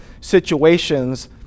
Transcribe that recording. situations